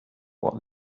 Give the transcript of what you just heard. what